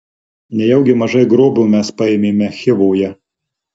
nejaugi mažai grobio mes paėmėme chivoje